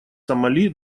сомали